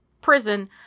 prison